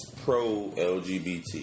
pro-LGBT